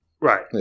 Right